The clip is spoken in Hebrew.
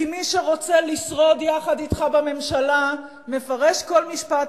כי מי שרוצה לשרוד יחד אתך בממשלה מפרש כל משפט